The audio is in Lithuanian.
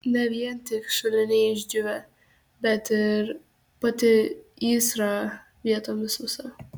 ne vien tik šuliniai išdžiūvę bet ir pati įsra vietomis sausa